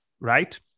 right